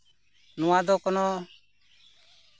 ᱱᱚᱣᱟ ᱫᱚ ᱠᱳᱱᱳ